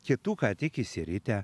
kitų ką tik išsiritę